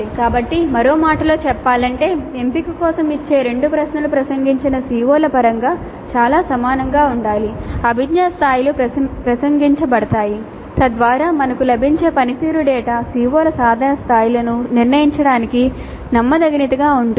కాబట్టి మరో మాటలో చెప్పాలంటే ఎంపిక కోసం ఇచ్చే 2 ప్రశ్నలు ప్రసంగించిన CO ల పరంగా చాలా సమానంగా ఉండాలి అభిజ్ఞా స్థాయిలు ప్రసంగించబడతాయి తద్వారా మనకు లభించే పనితీరు డేటా CO ల సాధన స్థాయిలను నిర్ణయించడానికి నమ్మదగినదిగా ఉంటుంది